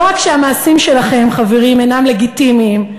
לא רק שהמעשים שלכם, חברים, אינם לגיטימיים,